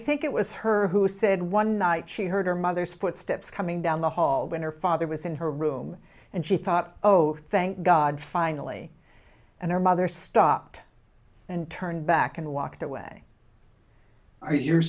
think it was her who said one night she heard her mother's footsteps coming down the hall when her father was in her room and she thought oh thank god finally and her mother stopped and turned back and walked away i hear